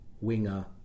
winger